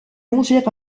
longer